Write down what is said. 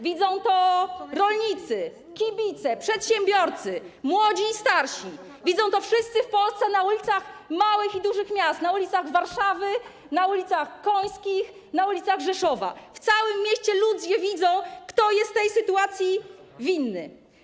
Widzą to rolnicy, kibice, przedsiębiorcy, młodzi i starsi, widzą to wszyscy w Polsce, na ulicach małych i dużych miast, na ulicach Warszawy, na ulicach Końskich, na ulicach Rzeszowa - w całym mieście ludzie widzą, kto jest tej sytuacji winny.